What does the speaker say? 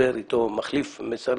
מחליף מסרים,